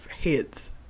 heads